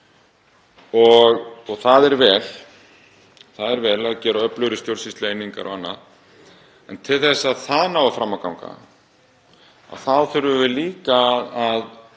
Það er gott að gera öflugri stjórnsýslueiningar og annað. En til þess að það nái fram að ganga þurfum við líka að